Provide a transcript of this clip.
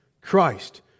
Christ